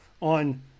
on